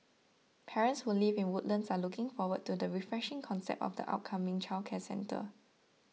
parents who live in Woodlands are looking forward to the refreshing concept of the upcoming childcare centre